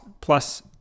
plus